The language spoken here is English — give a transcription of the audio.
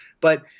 but-